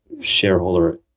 shareholder